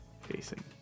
facing